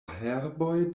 herboj